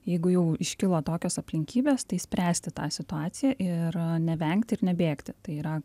jeigu jau iškilo tokios aplinkybės tai spręsti tą situaciją ir nevengti ir nebėgti tai yra